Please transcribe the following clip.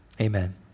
Amen